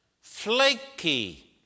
flaky